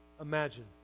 Imagine